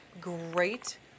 great